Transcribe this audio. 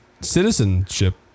citizenship